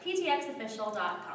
ptxofficial.com